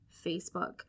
Facebook